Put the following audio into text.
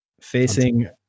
facing